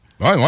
ouais